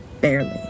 barely